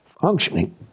functioning